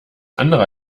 andere